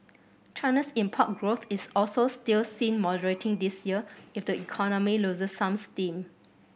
China's import growth is also still seen moderating this year if the economy loses some steam